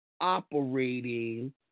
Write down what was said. operating